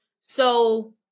So-